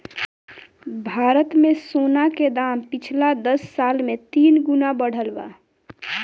भारत मे सोना के दाम पिछला दस साल मे तीन गुना बढ़ल बा